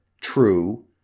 True